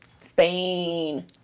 Spain